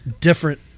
different